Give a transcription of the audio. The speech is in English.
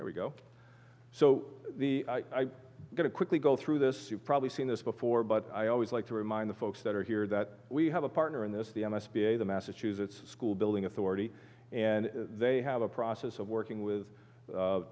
there we go so i going to quickly go through this you've probably seen this before but i always like to remind the folks that are here that we have a partner in this the s b a the massachusetts school building authority and they have a process of working with